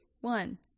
one